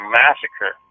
massacre